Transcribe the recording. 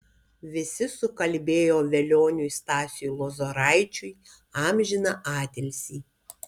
visi sukalbėjo velioniui stasiui lozoraičiui amžiną atilsį